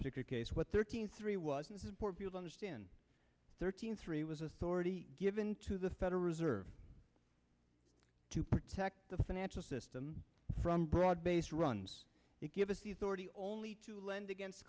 particular case what thirteen three was in support of you'll understand thirteen three was authority given to the federal reserve to protect the financial system from broad based runs that give us the authority only to lend against